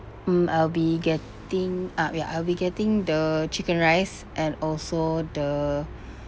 mm I'll be getting uh ya I'll be getting the chicken rice and also the